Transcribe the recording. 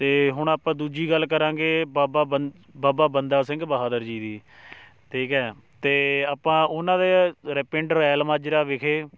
ਅਤੇ ਹੁਣ ਆਪਾਂ ਦੂਜੀ ਗੱਲ ਕਰਾਂਗੇ ਬਾਬਾ ਬੰਦ ਬਾਬਾ ਬੰਦਾ ਸਿੰਘ ਬਹਾਦਰ ਜੀ ਦੀ ਠੀਕ ਹੈ ਅਤੇ ਆਪਾਂ ਉਹਨਾਂ ਦੇ ਰ ਪਿੰਡ ਰੈਲ ਮਾਜਰਾ ਵਿਖੇ